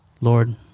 Lord